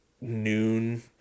noon